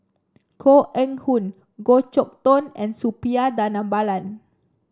Koh Eng Hoon Goh Chok Tong and Suppiah Dhanabalan